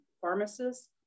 pharmacists